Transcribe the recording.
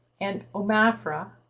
and omafra,